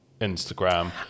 Instagram